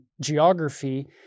geography